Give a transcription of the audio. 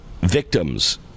victims